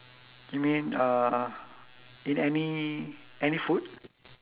you mean uh in any any food